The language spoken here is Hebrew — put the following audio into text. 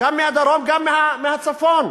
גם מהדרום, גם מהצפון,